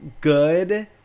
good